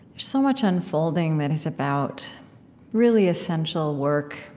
so much unfolding that is about really essential work